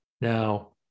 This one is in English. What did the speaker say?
Now